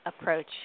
Approach